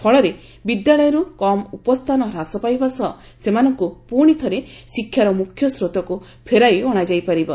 ଫଳରେ ବିଦ୍ୟାଳୟରୁ କମ୍ ଉପସ୍ଥାନ ହ୍ରାସ ପାଇବା ସହ ସେମାନଙ୍କୁ ପୁଣି ଥରେ ଶିକ୍ଷାର ମୁଖ୍ୟସ୍ରୋତକୁ ଫେରାଇ ଅଣାଯାଇପାରିବ